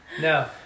No